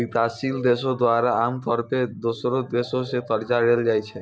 विकासशील देशो द्वारा आमतौरो पे दोसरो देशो से कर्जा लेलो जाय छै